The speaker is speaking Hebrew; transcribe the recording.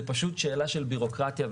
זה פשוט שאלה של ביורוקרטיה.